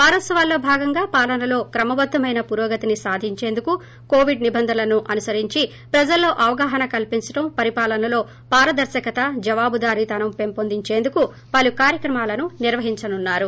వారోత్సవాలలో భాగంగా పాలనలో క్రమబద్దమైన పురోగతిని సాధించేందుకు కోవిడ్ నిబంధనలకు అనుసరించి ప్రజలలో అవగాహన కల్సించడం పరిపాలనలో పారదర్పకత జవాబుదారీతనం పెంచొందించేందుకు పలు కార్యక్రమాలను నిర్వహించనున్నారు